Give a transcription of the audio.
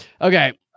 Okay